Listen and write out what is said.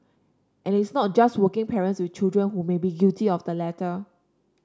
and it's not just working parents with children who may be guilty of the latter